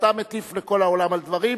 כשאתה מטיף לכל העולם על דברים.